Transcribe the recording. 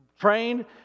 trained